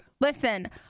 Listen